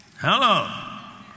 Hello